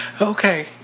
Okay